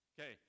Okay